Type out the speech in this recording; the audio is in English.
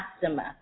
customer